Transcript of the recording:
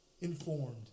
informed